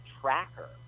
tracker